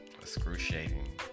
excruciating